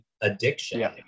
addiction